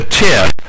tip